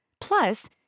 Plus